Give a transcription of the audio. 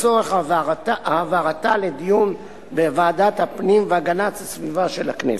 לצורך העברתה לדיון בוועדת הפנים והגנת הסביבה של הכנסת.